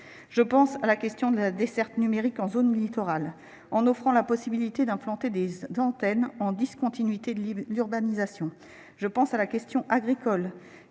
Je pense à la question de la desserte numérique en zone littorale : on pourrait ouvrir la possibilité d'implanter des antennes en discontinuité de l'urbanisation. Je pense aussi à la question agricole